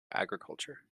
agriculture